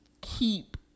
keep